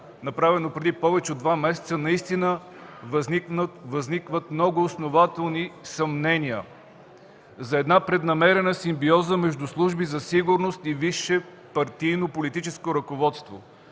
направено преди повече от два месеца, наистина възникват много основателни съмнения за една преднамерена симбиоза между служби за сигурност и висше партийно политическо ръководство.